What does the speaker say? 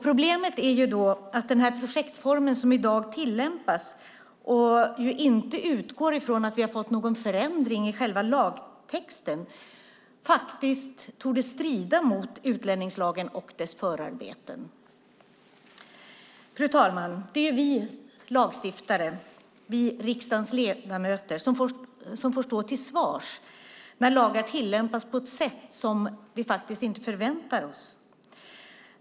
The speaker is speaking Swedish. Problemet är att den projektform som i dag tillämpas inte utgår från att vi har fått någon förändring i själva lagtexten. Den torde strida mot utlänningslagen och dess förarbeten. Fru talman! Det är vi lagstiftare, riksdagens ledamöter, som får stå till svars när lagar tillämpas på ett sätt som vi inte förväntar oss.